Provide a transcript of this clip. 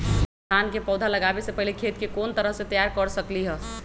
धान के पौधा लगाबे से पहिले खेत के कोन तरह से तैयार कर सकली ह?